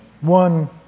one